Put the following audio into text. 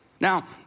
Now